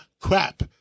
crap